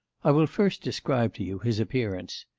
i will first describe to you his appearance.